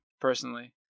personally